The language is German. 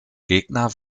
gegner